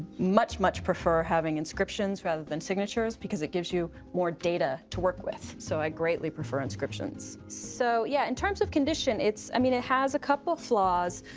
much, much prefer having inscriptions, rather than signatures because it gives you more data to work with. so i greatly prefer inscriptions. so yeah, in terms of condition, i mean, it has a couple of flaws.